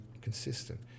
consistent